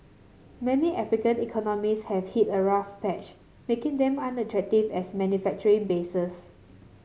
many African economies have hit a rough patch making them unattractive as manufacturing bases